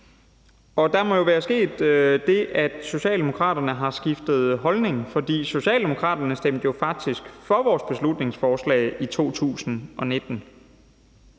Der må være sket det, at Socialdemokraterne har skiftet holdning, for Socialdemokraterne stemte jo faktisk for vores beslutningsforslag i 2019.